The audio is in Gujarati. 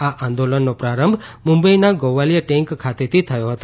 આ આંદોલનનો પ્રારંભ મુંબઇના ગોવાલીયા ટેંક ખાતેથી થયો હતો